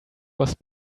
was